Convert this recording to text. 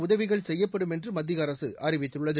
உதவிகள் செய்யப்படும் என்று மத்திய அரசு அறிவித்துள்ளது